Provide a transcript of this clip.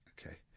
Okay